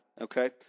okay